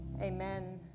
amen